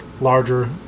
larger